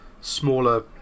smaller